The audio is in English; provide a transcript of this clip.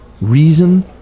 reason